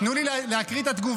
תנו לי להקריא את התגובה.